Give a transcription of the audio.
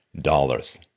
dollars